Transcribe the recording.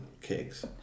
cakes